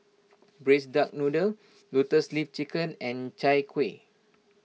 Braised Duck Noodle Lotus Leaf Chicken and Chai Kuih